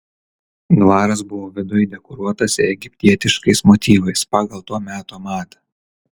dvaras buvo viduj dekoruotas egiptietiškais motyvais pagal to meto madą